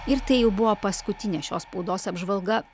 ir tai jau buvo paskutinė šios spaudos apžvalga